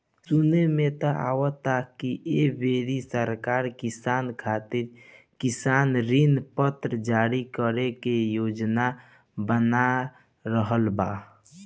सुने में त आवता की ऐ बेरी सरकार किसान खातिर किसान ऋण पत्र जारी करे के योजना बना रहल बा